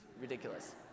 ridiculous